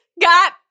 got